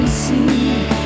see